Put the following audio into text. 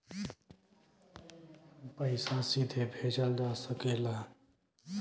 पइसा सीधे भेजल जा सकेला